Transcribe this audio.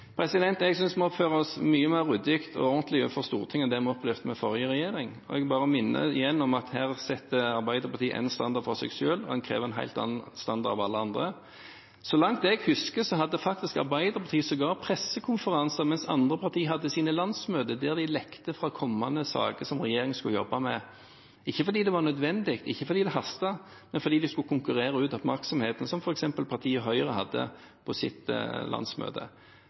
Jeg synes vi oppfører oss mye mer ryddig og ordentlig overfor Stortinget enn det vi opplevde med forrige regjering. Jeg minner igjen om at her setter Arbeiderpartiet én standard for seg selv og krever en helt annen standard av alle andre. Så langt jeg husker, hadde Arbeiderpartiet sågar pressekonferanser mens andre partier hadde sine landsmøter, der de lekket fra kommende saker som regjeringen skulle jobbe med – ikke fordi det var nødvendig, ikke fordi det hastet, men fordi de skulle konkurrere ut oppmerksomheten rundt f.eks. partiet